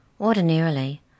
Ordinarily